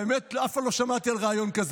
האמת היא שאף פעם לא שמעתי על רעיון כזה,